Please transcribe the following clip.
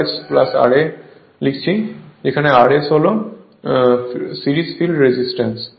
সুতরাং আমরা Eb V Ia RS ra RS হল সিরিজ ফিল্ড রেজিস্ট্যান্স